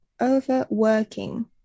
overworking